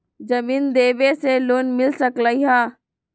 जमीन देवे से लोन मिल सकलइ ह?